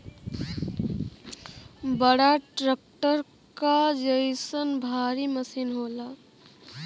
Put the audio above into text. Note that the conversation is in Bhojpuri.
बड़ा ट्रक्टर क जइसन भारी मसीन होला